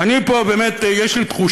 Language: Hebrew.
יש לי פה באמת תחושה,